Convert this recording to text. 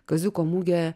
kaziuko mugę